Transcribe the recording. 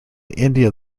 india